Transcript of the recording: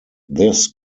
this